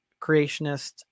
creationist